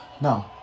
No